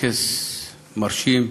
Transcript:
בטקס מרשים,